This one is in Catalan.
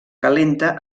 calenta